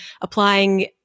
applying